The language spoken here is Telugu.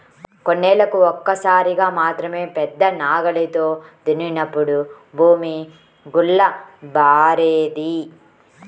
కొన్నేళ్ళకు ఒక్కసారి మాత్రమే పెద్ద నాగలితో దున్నినప్పుడు భూమి గుల్లబారేది